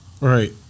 Right